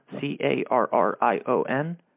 C-A-R-R-I-O-N